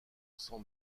sans